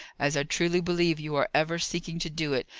as i truly believe you are ever seeking to do it,